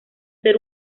ser